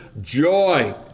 joy